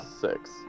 six